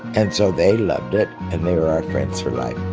and so they loved it, and they were our friends for life